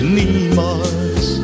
niemals